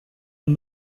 and